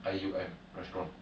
I U M restaurant